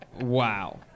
wow